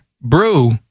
Brew